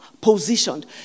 positioned